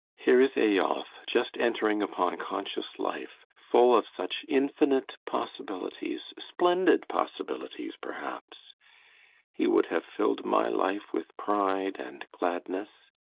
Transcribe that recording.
here is eyolf, just entering upon conscious life full of such infinite possibilities splendid possibilities perhaps he would have filled my life with pride and gladness.